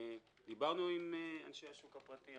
דיברנו עם אנשי השוק הפרטי.